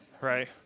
right